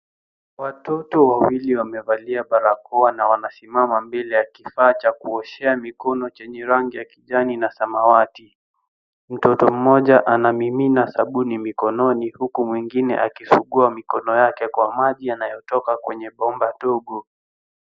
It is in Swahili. Watoto wawili wamevalia barakoa na wanasimama mbele ya kifaa cha kuoshea mikono chenye rangi ya kijani na samawati. Mtoto mmoja anamimina sabuni mikononi huku mwingine akisugua mikono yake kwa maji yanayotoka kwenye bomba dogo.